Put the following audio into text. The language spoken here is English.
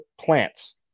plants